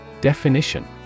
Definition